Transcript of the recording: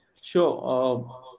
Sure